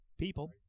People